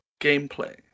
gameplay